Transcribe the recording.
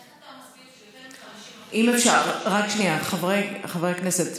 איך אתה מסביר שיותר מ-50% חברי כנסת,